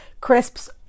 crisps